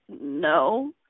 no